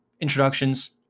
introductions